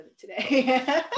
today